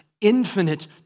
infinite